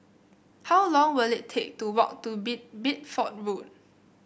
how long will it take to walk to Bid Bideford Road